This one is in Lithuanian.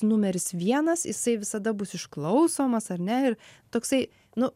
numeris vienas jisai visada bus išklausomas ar ne ir toksai nu